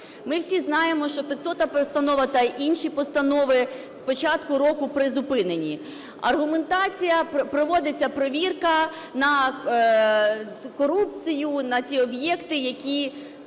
Ми всі знаємо, що 500 постанова та інші постанови з початку року призупинені. Аргументація: проводиться перевірка на корупцію, на ці об'єкти, які